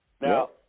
Now